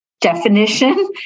definition